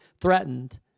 threatened